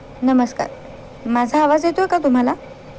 नमस्कार माझा आवाज येतो आहे का तुम्हाला